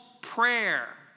prayer